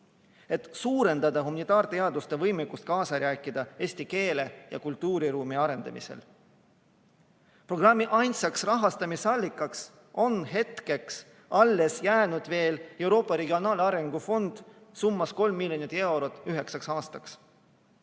et suurendada humanitaarteaduste võimekust kaasa rääkida eesti keele ja kultuuriruumi arendamisel. Programmi ainsaks rahastamisallikaks on jäänud Euroopa Regionaalarengu Fond summas 3 miljonit eurot üheksaks